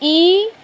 ই